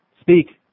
Speak